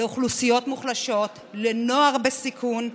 לאוכלוסיות מוחלשות, לנוער בסיכון.